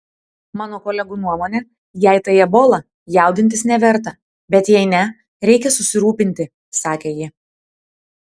mano kolegų nuomone jei tai ebola jaudintis neverta bet jei ne reikia susirūpinti sakė ji